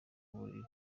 buriri